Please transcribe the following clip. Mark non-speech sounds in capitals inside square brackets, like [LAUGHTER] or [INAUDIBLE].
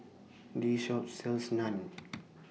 This Shop sells Naan [NOISE]